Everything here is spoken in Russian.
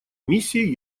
миссии